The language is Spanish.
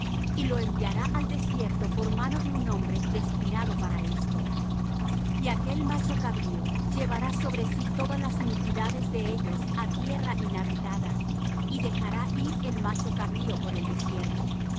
y lo enviará al desierto por mano de un hombre destinado para esto y aquel macho cabrío llevará sobre sí todas las iniquidades de ellos á tierra inhabitada y dejará ir el macho cabrío por el desierto